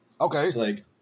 Okay